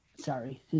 sorry